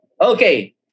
Okay